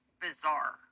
bizarre